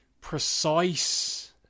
precise